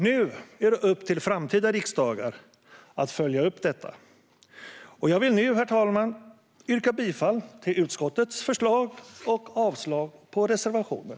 Nu är det upp till framtida riksdagar att följa upp detta, och jag vill nu, herr talman, yrka bifall till utskottets förslag och avslag på reservationen.